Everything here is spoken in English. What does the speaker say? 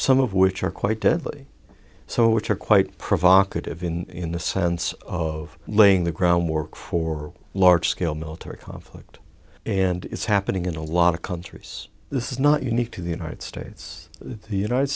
some of which are quite deadly so which are quite provocative in the sense of laying the groundwork for a large scale military conflict and it's happening in a lot of countries this is not unique to the united states the united